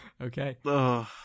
Okay